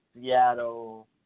Seattle